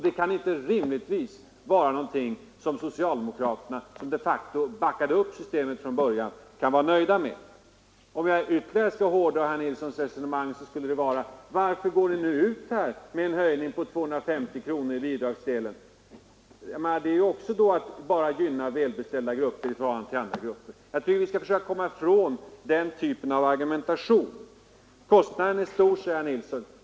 Det kan inte rimligtvis vara något som socialdemokraterna, vilka de facto backade upp systemet från början, kan vara nöjda med. Om jag ytterligare skall hårdra herr Nilssons resonemang skulle jag fråga: Varför går ni ut med en höjning på 250 kronor i bidragsdelen? Det är ju bara att gynna välbeställda grupper i förhållande till andra grupper. Jag tycker att vi skall försöka komma ifrån den typen av argumentation. Kostnaden är stor, säger herr Nilsson.